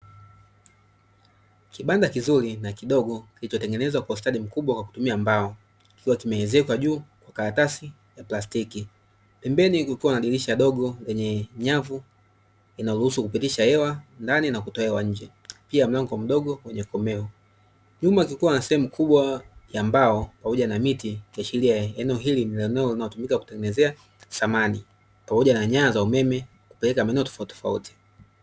KIbanda kizuri na kidogo kilichotengezwa kwa ustadi mkubwa kwa kutumia mbao kikiwa kimeezekwa juu kwa karatasi ya plastiki pembeni kukiwa na dirisha dogo lenye nyavu linaruhusu kupitisha hewa ndani na kutoa hewa nje, pia mlango mdogo wenye komeo, nyuma kukiwa na sehemu kubwa ya mbao pamoja na miti ikiashiria eneo hili ni eneo linalotumika kutengenezea thamani pamoja na nyaya za umeme kupeleka sehemu tofauti tofauti.